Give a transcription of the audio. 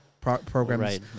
programs